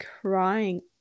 crying